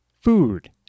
food